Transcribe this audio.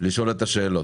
לשאול את השאלות.